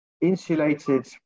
insulated